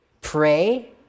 pray